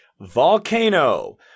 Volcano